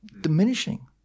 diminishing